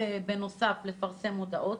בנוסף, הוא יכול לפרסם מודעות.